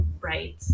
right